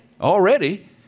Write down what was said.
already